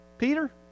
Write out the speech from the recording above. Peter